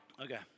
Okay